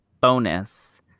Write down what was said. bonus